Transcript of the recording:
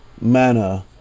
manner